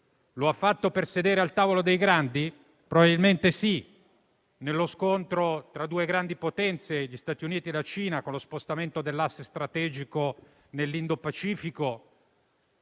Lo ha fatto per sedere al tavolo dei grandi? Probabilmente sì. Nello scontro tra due grandi potenze, gli Stati Uniti e la Cina, con lo spostamento dell'asse strategico nell'Indopacifico,